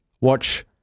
watch